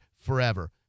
forever